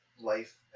life